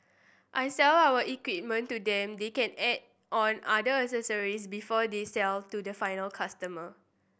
I sell our equipment to them they can add on other accessories before they sell to the final customer